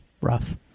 rough